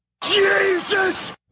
Jesus